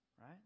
right